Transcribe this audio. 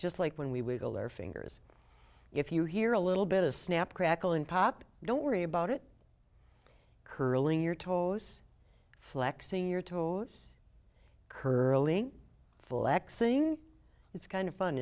just like when we wiggle their fingers if you hear a little bit of snap crackle and pop don't worry about it curling your toes flexing your toes curling full exing it's kind of fun